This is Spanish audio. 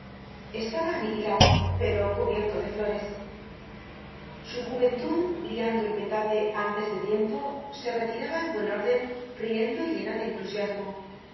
estaba aniquilado pero cubierto de flores su juventud liando el petate antes de tiempo se retiraba en buen orden riendo y llena de